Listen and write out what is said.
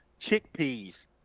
chickpeas